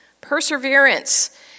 Perseverance